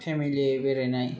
family बेरायनाय